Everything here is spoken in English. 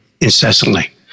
incessantly